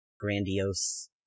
grandiose